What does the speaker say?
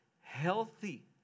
healthy